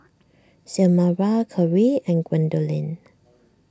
Xiomara Keri and Gwendolyn